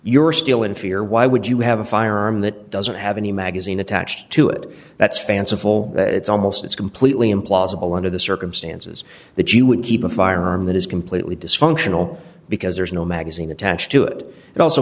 you're still in fear why would you have a firearm that doesn't have any magazine attached to it that's fanciful it's almost it's completely implausible under the circumstances that you would keep a firearm that is completely dysfunctional because there's no magazine attached to it it also